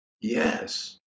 yes